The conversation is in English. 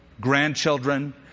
grandchildren